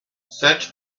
such